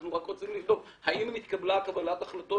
אנחנו רק רוצים לבדוק האם הייתה קבלת החלטות